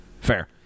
fair